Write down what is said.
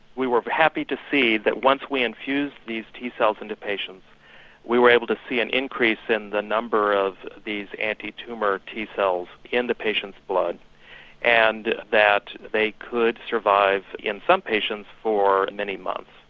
we were were happy to see that once we infused these t cells into patients we were able to see an increase in the number of these anti-tumour t cells in the patient's blood and that they could survive in some patients for many months.